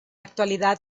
actualidad